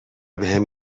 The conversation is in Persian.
بهم